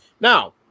Now